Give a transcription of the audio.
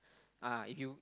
uh if you